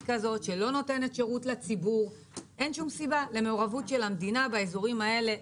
אין שום סיבה למעורבות של המדינה באזורים האלה.